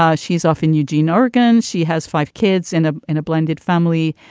um she's off in eugene, oregon. she has five kids in a in a blended family.